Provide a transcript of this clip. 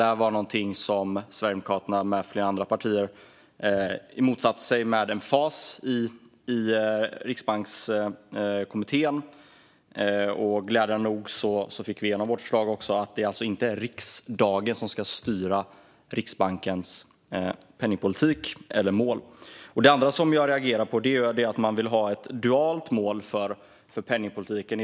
Det var någonting som Sverigedemokraterna och flera andra partier motsatte sig med emfas i Riksbankskommittén. Glädjande nog fick vi igenom vårt förslag att det inte är riksdagen som ska styra Riksbankens penningpolitik eller mål. Det andra jag reagerade på är att man vill ha ett dualt mål för penningpolitiken.